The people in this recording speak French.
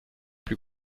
plus